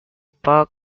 park